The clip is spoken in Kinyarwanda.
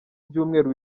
byumweru